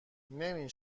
نمی